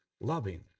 loving